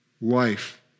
Life